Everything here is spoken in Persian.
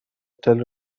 هتل